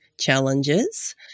challenges